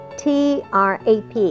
trap